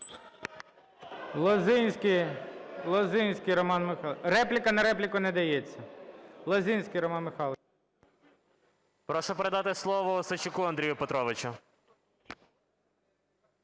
Прошу передати слово Осадчуку Андрію Петровичу.